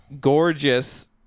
gorgeous